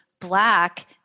Black